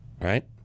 right